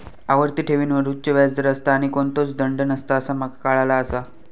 आवर्ती ठेवींवर उच्च व्याज दर असता आणि कोणतोच दंड नसता असा माका काळाला आसा